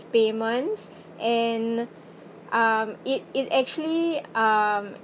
payments and um it it actually um